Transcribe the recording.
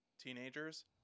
teenagers